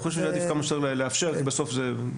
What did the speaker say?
אנחנו חושבים שעדיף כמה שיותר לאפשר כי בסוף נתקלים